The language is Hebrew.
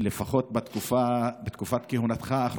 לפחות בתקופה האחרונה לכהונתך,